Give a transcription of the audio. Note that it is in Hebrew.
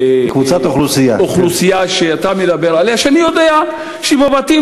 קבוצת אוכלוסייה שאתה מדבר עליה שאני יודע שבבתים